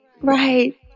right